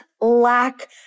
lack